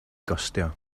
gostio